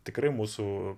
tikrai mūsų